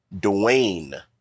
Dwayne